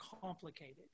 complicated